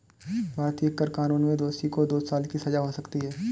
भारतीय कर कानून में दोषी को दो साल की सजा हो सकती है